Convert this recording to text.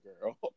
girl